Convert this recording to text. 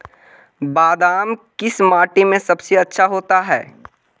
बादाम किस माटी में सबसे ज्यादा होता है?